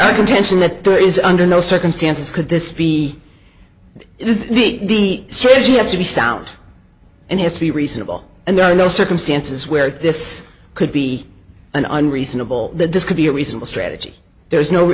our contention that there is under no circumstances could this be is the same as you have to be sound and has to be reasonable and there are no circumstances where this could be an unreasonable that this could be a reasonable strategy there is no